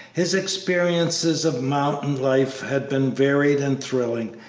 his experiences of mountain life had been varied and thrilling,